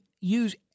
use